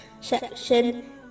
section